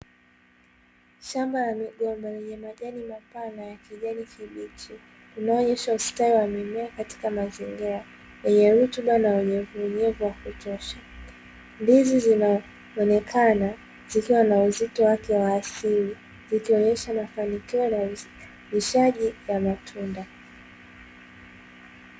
Shamba la migomba lenye majani mapana ya kijani kibichi inayoonyesha ustawi wa mimea katika mazingira yenye rutuba na unyevuunyevu wa kutosha, ndizi zinaonekana zikiwa na uzito wake wa asili zikionyesha mafanikio ya uzalishaji wa matunda.